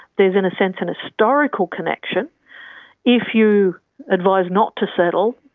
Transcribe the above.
there is, in a sense, an historical connection if you advise not to settle,